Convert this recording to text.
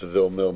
מה זה אומר?